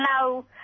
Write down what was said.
no